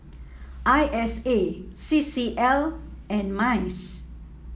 I S A C C L and MICE